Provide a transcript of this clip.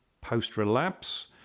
post-relapse